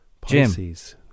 Pisces